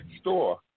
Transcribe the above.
store